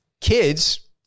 kids